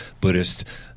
Buddhist